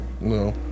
no